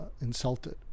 insulted